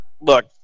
Look